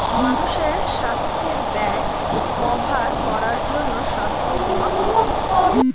মানুষের সাস্থের ব্যয় কভার করার জন্যে সাস্থ বীমা পাওয়া যায়